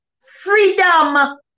Freedom